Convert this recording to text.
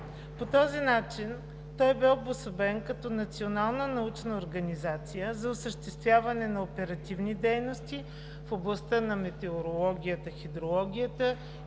По този начин той бе обособен като национална научна организация за осъществяване на оперативни дейности в областта на метеорологията, хидрологията